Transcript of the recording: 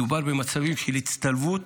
מדובר במצבים של הצטלבות